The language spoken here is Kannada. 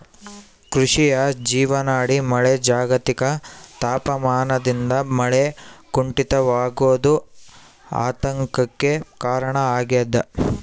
ಕೃಷಿಯ ಜೀವನಾಡಿ ಮಳೆ ಜಾಗತಿಕ ತಾಪಮಾನದಿಂದ ಮಳೆ ಕುಂಠಿತವಾಗೋದು ಆತಂಕಕ್ಕೆ ಕಾರಣ ಆಗ್ಯದ